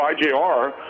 IJR